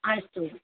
अस्तु